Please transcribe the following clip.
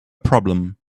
problem